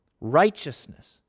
righteousness